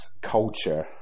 culture